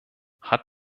hat